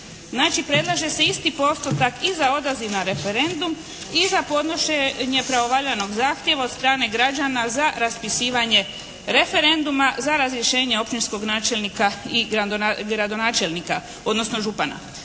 Znači predlaže se isti postotak i za odaziv na referendum i za podnošenje pravovaljanog zahtjeva od strane građana za raspisivanje referenduma za razrješenje općinskog načelnika i gradonačelnika odnosno župana.